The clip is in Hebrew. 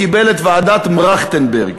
קיבלו את ועדת "מרחטנברג".